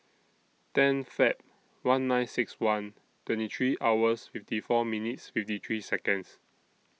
ten Feb one nine six one twenty three hours fifty four minutes fifty three Seconds